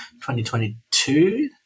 2022